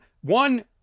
one